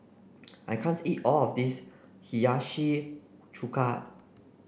I can't eat all of this Hiyashi Chuka